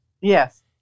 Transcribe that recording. Yes